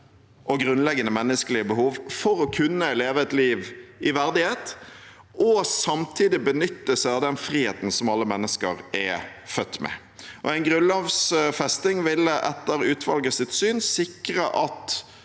og grunnleggende menneskelige behov for å kunne leve et liv i verdighet og samtidig benytte seg av den friheten som alle mennesker er født med. En grunnlovfesting ville etter utvalgets syn sikre at